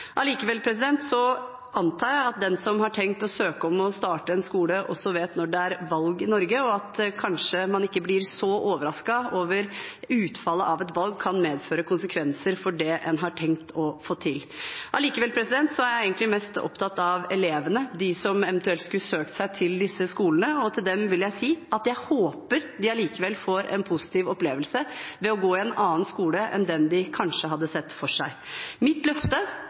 Allikevel antar jeg at den som har tenkt å søke om å starte en skole, også vet når det er valg i Norge, og man blir kanskje ikke så overrasket over at utfallet av et valg kan medføre konsekvenser for det en har tenkt å få til. Jeg er egentlig mest opptatt av elevene, de som eventuelt skulle søkt seg til disse skolene. Til dem vil jeg si at jeg håper de allikevel får en positiv opplevelse ved å gå i en annen skole enn den de kanskje hadde sett for seg. Mitt løfte